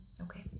okay